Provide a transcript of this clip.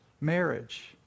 marriage